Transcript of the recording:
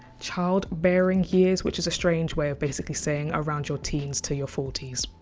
child bearing years, which is a strange way of basically saying around your teens to your forty s.